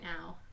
now